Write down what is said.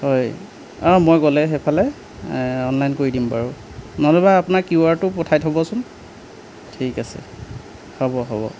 হয় অ' মই গ'লে সেইফালে অনলাইন কৰি দিম বাৰু নতুবা আপোনাৰ কিউআৰ টো পঠাই থবচোন ঠিক আছে হ'ব হ'ব